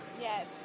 Yes